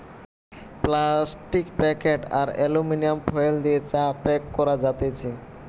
plastic packet আর aluminium foil দিয়ে চা প্যাক করা যাতেছে